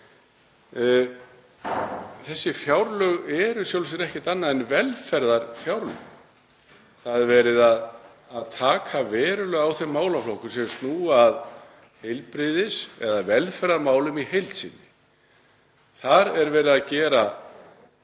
Þessi fjárlög eru í sjálfu sér ekkert annað en velferðarfjárlög. Það er verið að taka verulega á þeim málaflokkum sem snúa að heilbrigðis- eða velferðarmálum í heild sinni. Þar er verið að gera